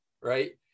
right